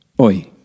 oi